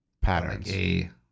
patterns